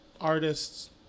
artists